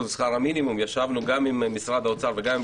משכר המינימום ישבנו גם עם משרד האוצר וגם עם